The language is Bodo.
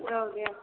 औ दे